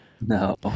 No